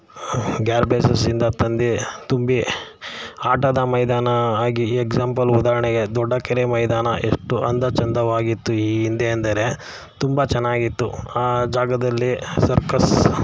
ಗ್ಯಾರ್ಬೇಜಸ್ಸಿಂದ ತಂದು ತುಂಬಿ ಆಟದ ಮೈದಾನ ಆಗಿ ಎಗ್ಸಾಂಪಲ್ ಉದಾಹರ್ಣೆಗೆ ದೊಡ್ಡ ಕೆರೆ ಮೈದಾನ ಎಷ್ಟು ಅಂದ ಚಂದವಾಗಿತ್ತು ಈ ಹಿಂದೆ ಅಂದರೆ ತುಂಬ ಚೆನ್ನಾಗಿತ್ತು ಆ ಜಾಗದಲ್ಲಿ ಸರ್ಕಸ್